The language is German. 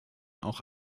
auch